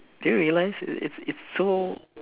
do you realize it's it's so